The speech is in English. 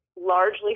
largely